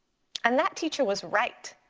and that teacher was right.